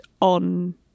on